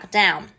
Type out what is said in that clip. down